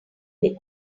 bit